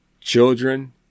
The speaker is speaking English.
children